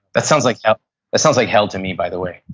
that sounds like ah sounds like hell to me by the way.